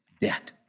debt